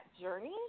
journey